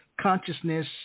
consciousness